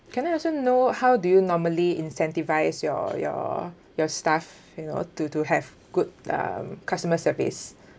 can I know how do you normally incentivize your your your staff you know to to have good um customer service